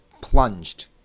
plunged